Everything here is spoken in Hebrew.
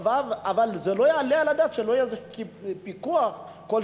אבל לא יעלה על הדעת שלא יהיה על זה פיקוח כלשהו.